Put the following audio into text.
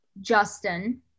Justin